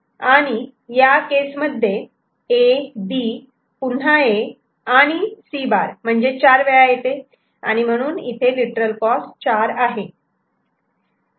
आणि या केसमध्ये A B पुन्हा A आणि C' म्हणजे चार वेळा येते आणि म्हणून इथे लिटरल कॉस्ट चार आहे